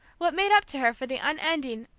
what made up to her for the unending,